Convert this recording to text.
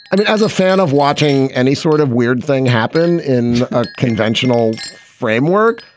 i mean, as a fan of watching any sort of weird thing happen in a conventional framework.